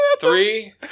Three